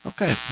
Okay